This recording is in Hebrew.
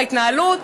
נוכח ההתנהלות,